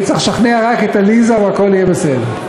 אני צריך לשכנע רק את עליזה, והכול יהיה בסדר.